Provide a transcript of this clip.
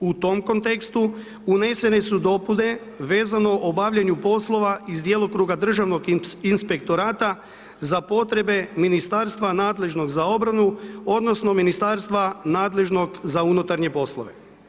U tom kontekstu, unesene su dopune vezano o obavljanju poslova iz djelokruga državnog inspektorata za potrebe Ministarstva nadležnog za obranu odnosno Ministarstva nadležnog za unutarnje poslove.